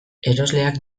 erosleak